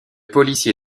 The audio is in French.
policier